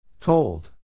Told